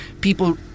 People